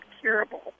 curable